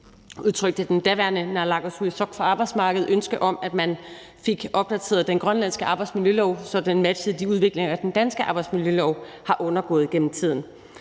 udtrykte den daværende naalakkersuisoq for arbejdsmarked ønske om, at man fik opdateret den grønlandske arbejdsmiljølov, så den matchede de udviklinger, den danske arbejdsmiljølov har undergået gennem tiden.